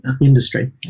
industry